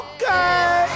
Okay